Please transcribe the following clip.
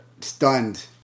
stunned